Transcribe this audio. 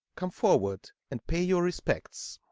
come forward, and pay your respects.